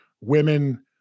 women